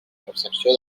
percepció